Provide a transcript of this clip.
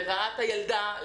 לרעת הילדה.